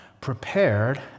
prepared